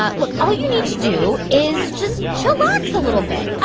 ah look, all you need to do is just chillax a little bit.